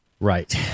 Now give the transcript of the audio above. Right